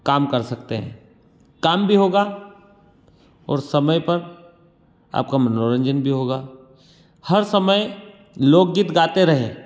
काम कर सकते हैं काम भी होगा और समय पर आपका मनोरंजन भी होगा हर समय लोक गीत गाते रहें